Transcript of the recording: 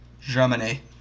Germany